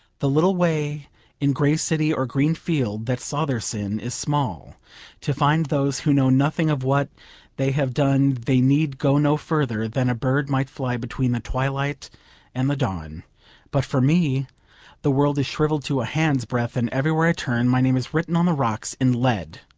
the little way in grey city or green field that saw their sin is small to find those who know nothing of what they have done they need go no further than a bird might fly between the twilight and the dawn but for me the world is shrivelled to a handsbreadth, and everywhere i turn my name is written on the rocks in lead.